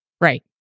Right